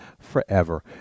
forever